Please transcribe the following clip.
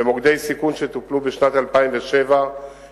במוקדי סיכון שטופלו בשנת 2007 חלה